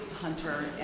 hunter